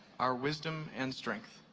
our wisdom and strength.